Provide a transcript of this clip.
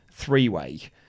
three-way